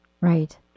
Right